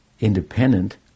independent